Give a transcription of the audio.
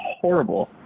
horrible